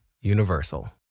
Universal